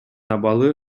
абалы